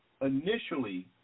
initially